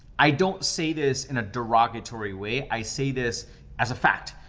i don't say this in a derogatory way, i say this as a fact.